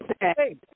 Hey